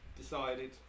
Decided